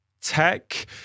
tech